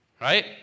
Right